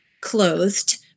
clothed